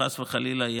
חס וחלילה,